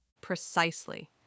Precisely